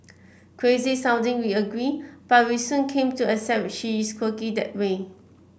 crazy sounding we agree but we soon came to accept she is quirky that way